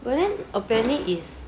but then apparently is